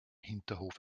hinterhof